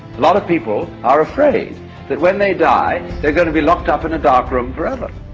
lot of people are afraid that when they die, they're gonna be locked up in a dark room forever,